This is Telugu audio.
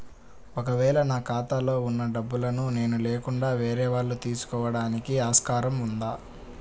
ఒక వేళ నా ఖాతాలో వున్న డబ్బులను నేను లేకుండా వేరే వాళ్ళు తీసుకోవడానికి ఆస్కారం ఉందా?